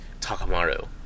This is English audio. Takamaru